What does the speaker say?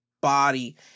body